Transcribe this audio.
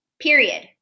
Period